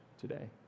today